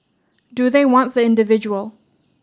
do they want the individual